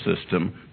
system